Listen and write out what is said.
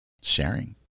sharing